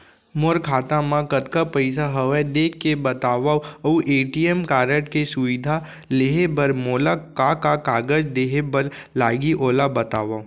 मोर खाता मा कतका पइसा हवये देख के बतावव अऊ ए.टी.एम कारड के सुविधा लेहे बर मोला का का कागज देहे बर लागही ओला बतावव?